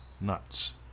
nuts